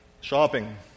shopping